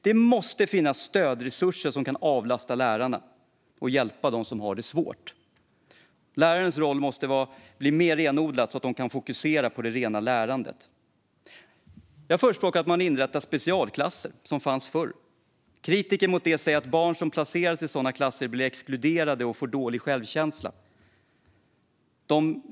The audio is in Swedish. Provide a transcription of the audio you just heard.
Det måste finnas stödresurser som kan avlasta lärarna och hjälpa dem som har det svårt. Lärarnas roll måste bli mer renodlad så att de kan fokusera på det rena lärandet. Jag förespråkar att man inrättar specialklasser, sådana som fanns förr. Kritiker mot detta säger att barn som placeras i sådana klasser blir exkluderade och får dålig självkänsla.